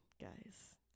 guys